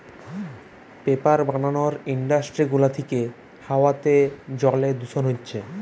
paper বানানার industry গুলা থিকে হাওয়াতে জলে দূষণ হচ্ছে